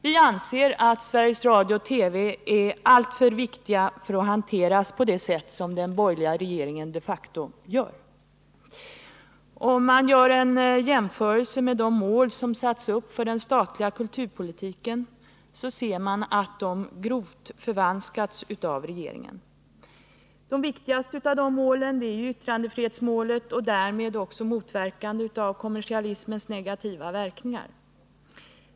Vi anser att radion och TV:n är alltför viktiga för att hanteras på det sätt som den borgerliga regeringen de facto ger prov på. En jämförelse med de mål.som satts upp för den statliga kulturpolitiken leder till att dessa förvanskas av regeringen. Det viktigaste av dessa mål är yttrandefrihetsmålet och därmed också motverkandet av kommersialismens negativa verkningar.